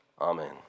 Amen